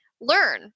Learn